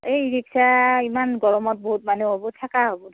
এই ইমান গৰমত বহুত মানুহ হ'ব ঠেকা হ'ব দেখোন